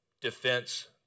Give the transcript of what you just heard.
defense